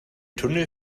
tunnel